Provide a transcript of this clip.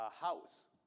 house